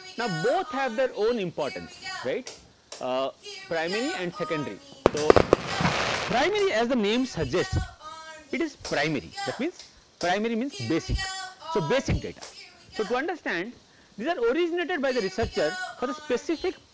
now both have their own importance right a primary and secondary so primary as the name suggests it is primary that means primary means basic so basic data so to understand these are originated by the researcher for the specific.